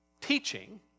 teaching